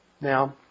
Now